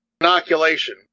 inoculation